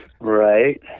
Right